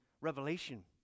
Revelation